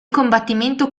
combattimento